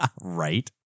Right